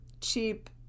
cheap